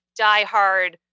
diehard